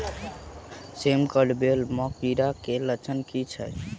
सेम कऽ बेल म कीड़ा केँ लक्षण की छै?